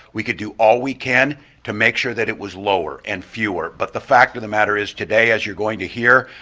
we can do all we can to make sure that it was lower and fewer. but the fact of the matter is today as you're going to hear,